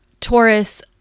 Taurus